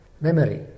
memory